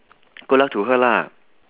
good luck to her lah